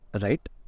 right